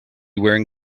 wearing